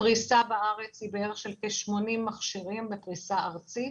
הפריסה היא של כ-80 מכשירים בפריסה ארצית.